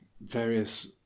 various